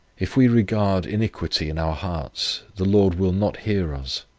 if we regard iniquity in our hearts, the lord will not hear us,